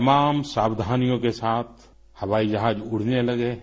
तमाम सावधानियों के साथ हवाई जहाज उड़ने लगे है